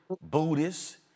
Buddhist